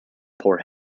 poor